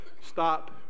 Stop